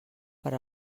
per